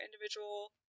individual